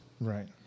Right